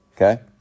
Okay